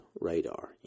radar